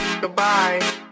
goodbye